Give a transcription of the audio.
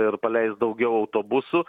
ir paleis daugiau autobusų